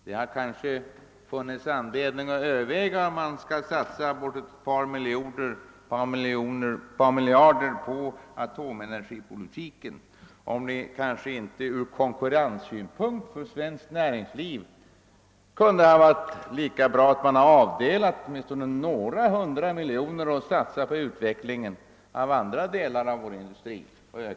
Det hade kanske funnits anledning att överväga om man skulle satsa ett par miljarder på atomenergipolitiken eller om det kanske ur konkurrenssynpunkt kunde ha varit bättre för svenskt näringsliv om man hade avdelat åtminstone några hundra miljoner och satsat dem på utvecklingen av andra delar av vår industri.